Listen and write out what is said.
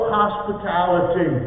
hospitality